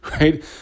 right